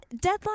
Deadline